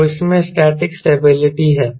तो इसमें static stability है